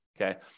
Okay